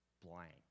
blank